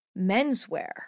menswear